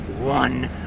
one